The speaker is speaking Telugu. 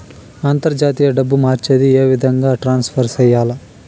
అంతర్జాతీయ డబ్బు మార్చేది? ఏ విధంగా ట్రాన్స్ఫర్ సేయాలి?